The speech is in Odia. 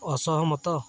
ଅସହମତ